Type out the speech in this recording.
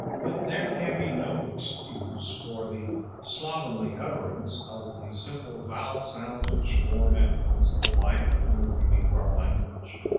but there can be no excuse for the slovenly utterance of the simple vowel sounds which form at once the life and the beauty of our language.